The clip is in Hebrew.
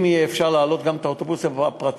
אם אפשר יהיה להעלות גם את האוטובוסים הפרטיים,